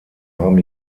haben